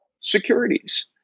securities